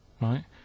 right